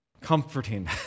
comforting